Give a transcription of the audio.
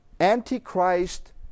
Antichrist